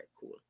cool